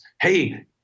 Hey